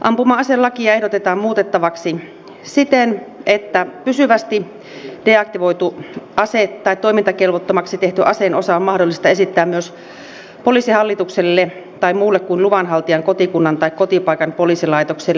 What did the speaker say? ampuma aselakia ehdotetaan muutettavaksi siten että pysyvästi deaktivoitu ase tai toimintakelvottomaksi tehty aseen osa on mahdollista esittää myös poliisihallitukselle tai muulle kuin luvan haltijan kotikunnan tai kotipaikan poliisilaitokselle